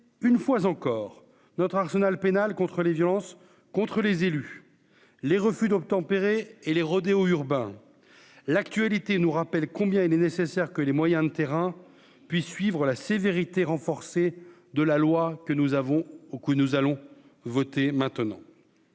une fois encore notre arsenal pénal contre les violences contre les élus, les refus d'obtempérer et les rodéos urbains, l'actualité nous rappelle combien il est nécessaire que les moyens de terrain puis suivre la sévérité renforcée de la loi que nous avons au coûts